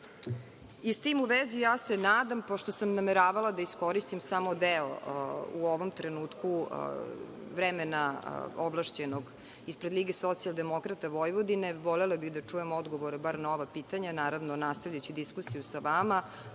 s tim u vezi, ja se nadam, pošto sam nameravala da iskoristim samo deo u ovom trenutku vremena ovlašćenog ispred LSDV, volela bih da čujem odgovore bar na ova pitanja. Naravno, nastaviću diskusiju sa vama,